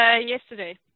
yesterday